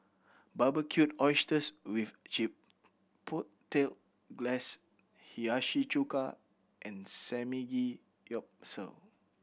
Barbecued Oysters with Chipotle Glaze Hiyashi Chuka and Samgeyopsal